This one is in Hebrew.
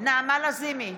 נעמה לזימי,